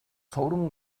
цувран